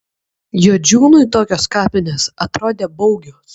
juodžiūnui tokios kapinės atrodė baugios